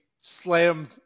slam